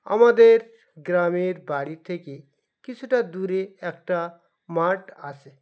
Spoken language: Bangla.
আমাদের গ্রামের বাড়ি থেকে কিছুটা দূরে একটা মাঠ আসে